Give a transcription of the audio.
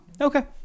okay